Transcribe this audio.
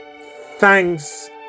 Thanks